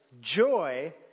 joy